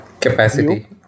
capacity